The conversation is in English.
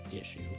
issue